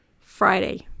Friday